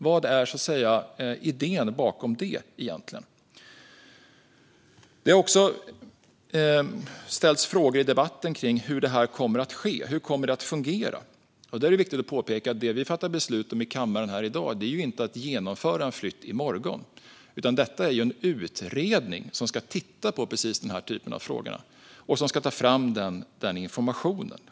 Vad är egentligen idén bakom detta? Det har under debatten också ställts frågor om hur detta ska fungera. Det är viktigt att påpeka att det vi fattar beslut om i kammaren i dag inte är att genomföra en flytt i morgon, utan utredningen ska titta på den typen av frågor och ta fram den informationen.